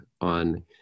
on